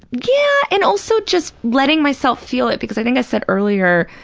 yeah, and also just letting myself feel it, because i think i said earlier,